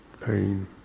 pain